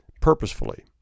purposefully